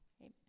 amen